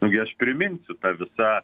nugi aš priminsiu ta visa